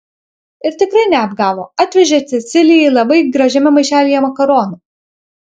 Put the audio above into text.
ir tikrai neapgavo atvežė cecilijai labai gražiame maišelyje makaronų